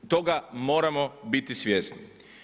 Toga moramo biti svjesni.